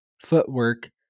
footwork